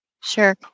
Sure